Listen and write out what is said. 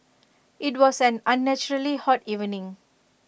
IT was an unnaturally hot evening